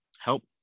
help